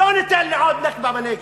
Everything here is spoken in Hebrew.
לא ניתן עוד נכבה בנגב.